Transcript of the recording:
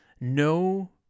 No